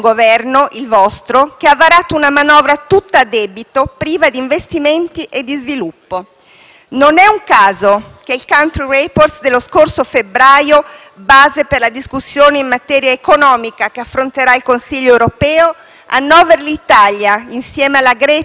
Non è un caso che il country report dello scorso febbraio, base per la discussione in materia economica che affronterà il Consiglio europeo, annoveri l'Italia, insieme alla Grecia e a Cipro, tra i Paesi che presentano «squilibri macroeconomici eccessivi».